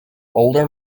older